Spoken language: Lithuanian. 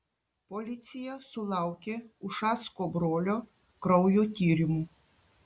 policija sulaukė ušacko brolio kraujo tyrimų